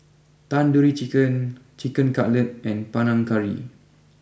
Tandoori Chicken Chicken Cutlet and Panang Curry